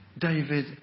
David